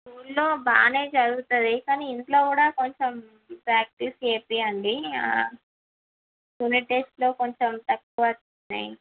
స్కూల్లో బాగానే చదువుతుంది కాని ఇంట్లో కూడా కొంచెం ప్రాక్టీస్ చేయించండి యూనిట్ టెస్ట్లో కొంచెం తక్కువ వస్తున్నాయి